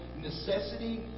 necessity